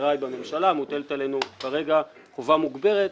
חבריי בממשלה, כרגע חובה מוגברת